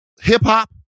Hip-hop